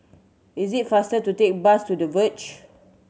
is it faster to take bus to The Verge